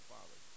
Father